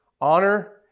honor